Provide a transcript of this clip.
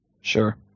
Sure